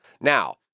Now